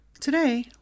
Today